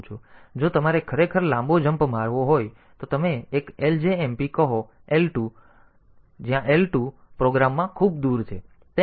તેથી જો તમારે ખરેખર લાંબો જમ્પ મારવો હોય તો તમે એક ljmp કહો L2 મૂકો જ્યાં L2 પ્રોગ્રામમાં ખૂબ દૂર છે